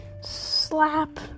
Slap